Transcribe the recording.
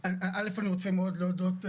באופן שוויוני לכלל הרשויות.